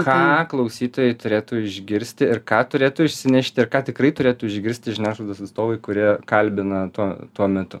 ką klausytojai turėtų išgirsti ir ką turėtų išsinešti ir ką tikrai turėtų išgirsti žiniasklaidos atstovai kurie kalbina tuo tuo metu